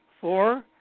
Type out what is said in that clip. Four